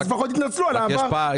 לפחות תתנצלו על העבר.